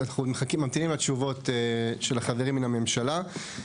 ממתינים לתשובות של החברים מן הממשלה.